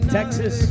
Texas